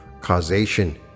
Causation